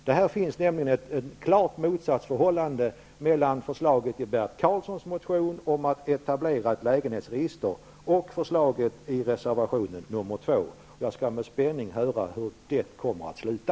Det finns nämligen ett klart motsatsförhållande mellan förslaget i Bert Karlssons motion om att etablera ett lägenhetsregister och förslaget i reservation nr 2. Jag skall med spänning åhöra hur detta kommer att sluta.